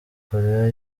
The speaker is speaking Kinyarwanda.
koreya